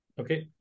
Okay